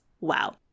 Wow